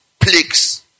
Plagues